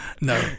No